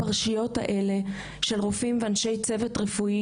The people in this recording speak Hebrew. הפרשיות האלה של רופאים ואנשי צוות רפואי